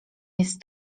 jest